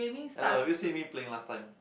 hello have you seen me playing last time